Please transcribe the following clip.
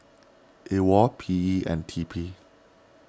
Awol P E and T P